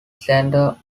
center